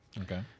Okay